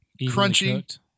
crunchy